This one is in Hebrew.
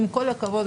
עם כל הכבוד,